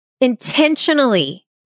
intentionally